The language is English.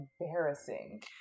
embarrassing